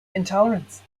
intolerance